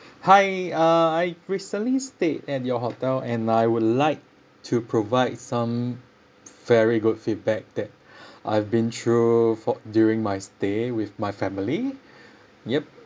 hi uh I recently stayed at your hotel and I would like to provide some very good feedback that I've been through fo~ during my stay with my family yup